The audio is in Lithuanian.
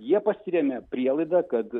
jie pasirėmė prielaida kad